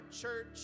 church